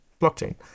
Blockchain